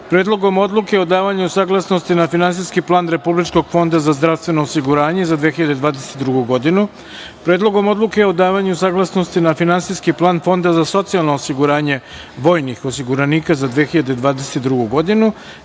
Predlogom odluke o davanju saglasnosti na Finansijski plan Republičkog fonda za zdravstveno osiguranje za 2022. godinu, Predlogom odluke o davanju saglasnosti na Finansijski plan Fonda za socijalno osiguranje vojnih osiguranika za 2022. godinu